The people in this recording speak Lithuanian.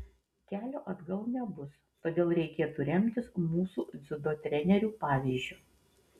kelio atgal nebus todėl reikėtų remtis mūsų dziudo trenerių pavyzdžiu